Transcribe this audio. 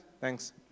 Thanks